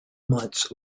months